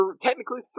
Technically